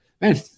Man